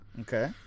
Okay